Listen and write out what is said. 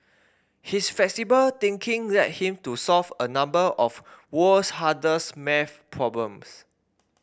his flexible thinking led him to solve a number of the world's hardest maths problems